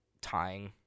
tying